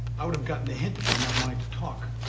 i would've gotten the hint about not wanting to talk.